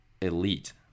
elite